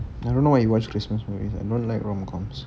I don't know why you watch christmas movies I don't like rom coms